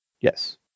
Yes